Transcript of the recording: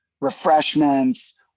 refreshments